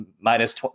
minus